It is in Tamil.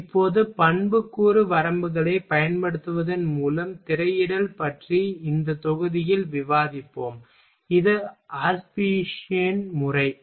இப்போது பண்புக்கூறு வரம்புகளைப் பயன்படுத்துவதன் மூலம் திரையிடல் பற்றி இந்த தொகுதியில் விவாதிப்போம் இது ஆஷ்பியின் முறை சரி